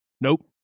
Nope